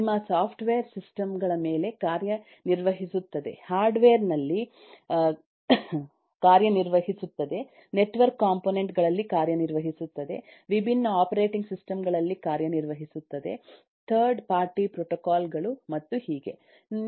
ನಿಮ್ಮ software system ಗಳ ಮೇಲೆ ಕಾರ್ಯನಿರ್ವಹಿಸುತ್ತದೆ ಹಾರ್ಡ್ವೇರ್ ನಲ್ಲಿ ಕಾರ್ಯನಿರ್ವಹಿಸುತ್ತದೆ ನೆಟ್ವರ್ಕ್ ಕಾಂಪೊನೆಂಟ್ ಗಳಲ್ಲಿ ಕಾರ್ಯನಿರ್ವಹಿಸುತ್ತದೆ ವಿಭಿನ್ನ ಆಪರೇಟಿಂಗ್ ಸಿಸ್ಟಮ್ ಗಳಲ್ಲಿ ಕಾರ್ಯನಿರ್ವಹಿಸುತ್ತದೆ ಥರ್ಡ್ ಪಾರ್ಟಿ ಪ್ರೋಟೋಕಾಲ್ ಗಳು ಮತ್ತು ಹೀಗೆ